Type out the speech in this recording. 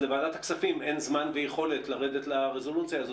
לוועדה אין זמן ויכולת לרדת לרזולוציה הזאת.